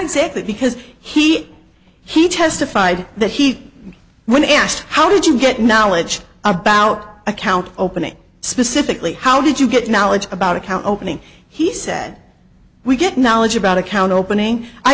that because he he testified that he when asked how did you get knowledge about account open and specifically how did you get knowledge about account opening he said we get knowledge about account opening i